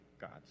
gods